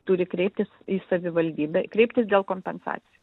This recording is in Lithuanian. turi kreiptis į savivaldybę kreiptis dėl kompensacijų